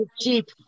cheap